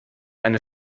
eine